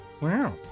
Wow